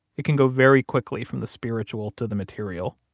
it can go very quickly from the spiritual to the material